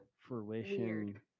fruition